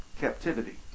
captivity